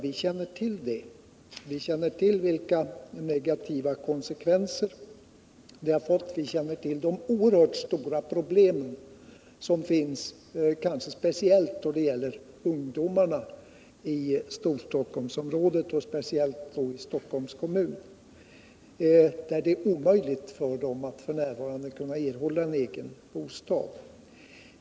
Vi känner till de negativa konsekvenser som den har fått och de oerhört stora problemen — kanske speciellt då det gäller ungdomarna i Storstockholmsområdet och i synnerhet Stockholms kommun, där det f. n. är omöjligt att få en egen bostad.